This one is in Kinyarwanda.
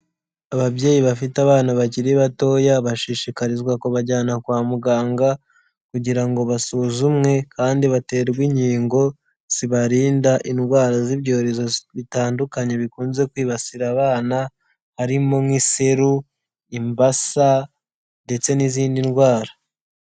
Ababyeyi bafite abana bakiri batoya bashishikarizwa kubajyana kwa muganga, kugira ngo basuzumwe kandi baterwe inkingo zibarinda indwara z'ibyorezo bitandukanye bikunze kwibasira abana, harimo nk'iseru, imbasa ndetse n'izindi ndwara.